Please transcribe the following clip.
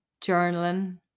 journaling